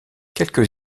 quelques